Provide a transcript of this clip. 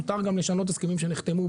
מותר גם לשנות הסכמים שנחתמו,